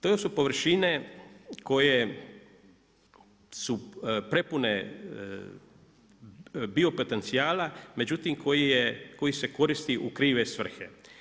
To su površine koje su prepune biopotencijala, međutim koji se koristi u krive svrhe.